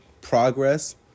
progress